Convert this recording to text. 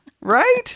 Right